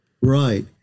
Right